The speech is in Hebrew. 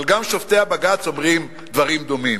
אבל גם שופטי הבג"ץ אומרים דברים דומים.